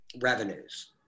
revenues